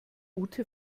ute